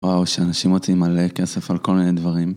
וואו, שאנשים מוציאים מלא כסף על כל מיני דברים